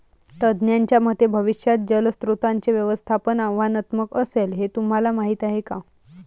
तज्ज्ञांच्या मते भविष्यात जलस्रोतांचे व्यवस्थापन आव्हानात्मक असेल, हे तुम्हाला माहीत आहे का?